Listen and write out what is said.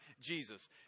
Jesus